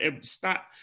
Stop